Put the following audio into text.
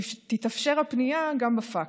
תתאפשר הפנייה גם בפקס.